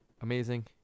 amazing